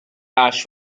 ash